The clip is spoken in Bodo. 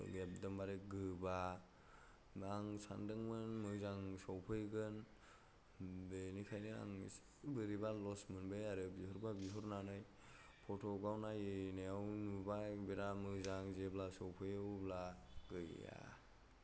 एखदमबारे गोबा दा आं सानदोंमोन मोजां सफैगोन बेनिखायनो आं एसे बोरैबा लस मोनबाय आरो बिहरबा बिहरनानै फट'आव नायनायाव नुबाय बेराद मोजां जेब्ला सफैयो अब्ला गैया